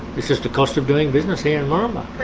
it's just the cost of doing business here in um ah